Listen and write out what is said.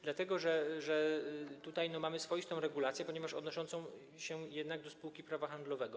Dlatego że tutaj mamy swoistą regulację, ponieważ odnosi się jednak ona do spółki prawa handlowego.